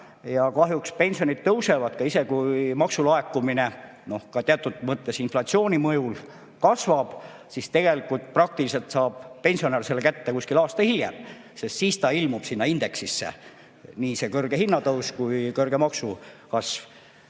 ja kahjuks [hinnad] tõusevad. Isegi kui maksulaekumine teatud mõttes inflatsiooni mõjul kasvab, siis tegelikult saab pensionär selle kätte umbes aasta hiljem, sest siis ta ilmub sinna indeksisse – nii see kõrge hinnatõus kui ka kõrge maksukasv.